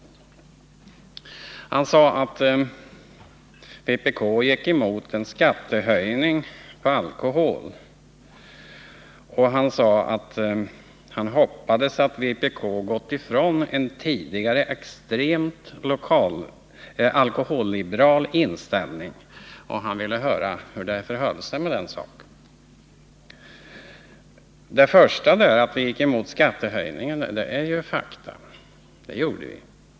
Gabriel Romanus sade att vpk gick emot en höjning av skatten på alkohol. Han hoppades att vpk gått ifrån en tidigare extremt alkoholliberal inställning, och han ville höra hur det förhåller sig med den saken. Det första spörsmålet, att vi gick emot skattehöjningen, är ett faktum — det gjorde vi.